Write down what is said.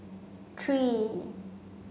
three